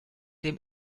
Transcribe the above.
dem